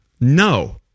no